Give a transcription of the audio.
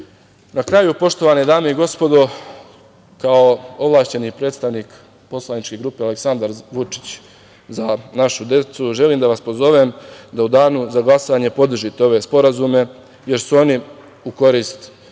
kraju, poštovane dame i gospodo, kao ovlašćeni predstavnik poslaničke grupe Aleksandar Vučić - Za našu decu, želim da vas pozovem da u danu za glasanje podržite ove sporazume, jer su oni u korist